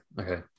okay